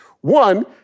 One